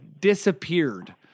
disappeared